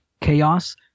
chaos